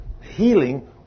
healing